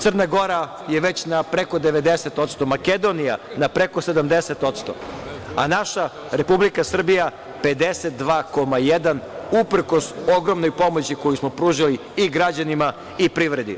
Crna Gora je već na preko 90%, Makedonija na preko 70%, a naša Republika Srbija 52,1% uprkos ogromnoj pomoći koju smo pružili i građanima i privredi.